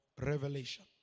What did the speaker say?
Revelation